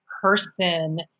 person